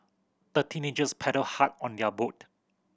the teenagers paddled hard on their boat